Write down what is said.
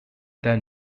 than